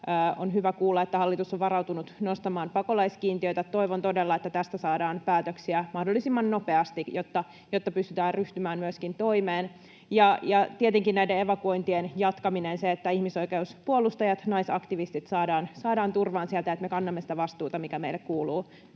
On hyvä kuulla, että hallitus on varautunut nostamaan pakolaiskiintiöitä. Toivon todella, että tästä saadaan päätöksiä mahdollisimman nopeasti, jotta pystytään ryhtymään myöskin toimeen. Ja tietenkin näiden evakuointien jatkaminen, se, että ihmisoikeuspuolustajat, naisaktivistit saadaan turvaan sieltä, niin että me kannamme sitä vastuuta, mikä meille kuuluu.